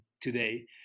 today